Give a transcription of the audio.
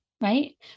right